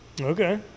Okay